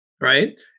right